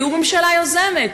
תהיו ממשלה יוזמת,